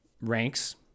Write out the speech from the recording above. ranks